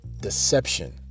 deception